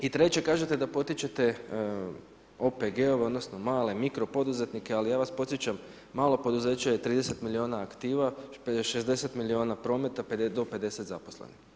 I treće kažete da potičete OPG-ove, odnosno male i mikro poduzetnike ali j vas podsjećam, malo poduzeće je 30 milijuna aktiva, 60 milijuna prometa, do 50 zaposlenih.